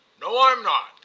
no, i'm not,